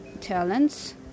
talents